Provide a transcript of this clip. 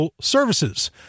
services